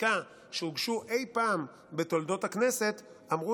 החקיקה שהוגשו אי פעם בתולדות הכנסת אמרו